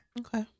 Okay